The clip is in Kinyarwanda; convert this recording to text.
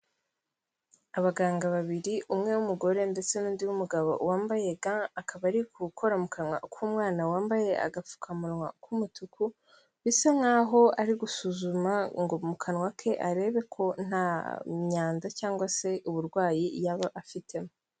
Abaganga babiri umwe w'umugore ndetse n'undi mugabo wambaye ga, akaba ari gukora mu kanwa k'umwana wambaye agapfukamunwa k'umutuku, bisa nk'aho ari gusuzuma ngo mu kanwa ke arebe ko nta myanda cyangwa se uburwayi yaba afite.